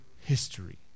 history